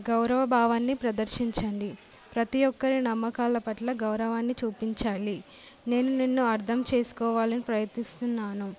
గౌరవ భావాన్ని ప్రదర్శించండి ప్రతి ఒకరి నమ్మకాల పట్ల గౌరవాన్ని చూపించాలి నేను నిన్ను అర్థం చేసుకోవాలి అని ప్రయత్నిస్తున్నాను